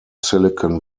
silicon